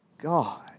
God